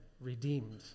Redeemed